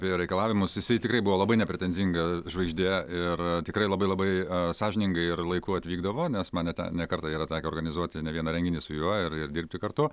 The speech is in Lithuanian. ir reikalavimus jisai tikrai buvo labai nepretenzinga žvaigždė ir tikrai labai labai sąžiningai ir laiku atvykdavo nes man nete ne kartą yra tekę organizuoti ne vieną renginį su juo ir ir dirbti kartu